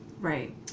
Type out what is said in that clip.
Right